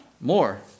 more